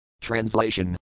Translation